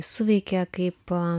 suveikia kaip